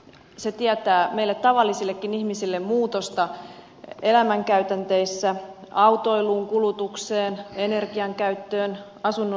se tietää meille tavallisillekin ihmisille muutosta elämän käytänteisiin autoiluun kulutukseen energiankäyttöön asunnon lämpötilaan